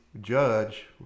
judge